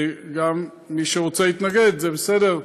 מי שרוצה להתנגד, זה בסדר,